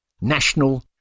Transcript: National